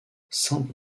sainte